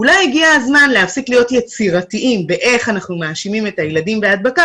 אולי הגיע הזמן להפסיק להיות יצירתיים באיך אנחנו מאשימים את הילדים בהדבקה